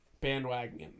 bandwagon